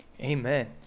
Amen